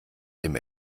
dem